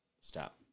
Stop